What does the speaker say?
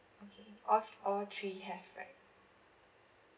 okay of all three have right